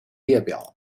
列表